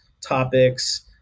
topics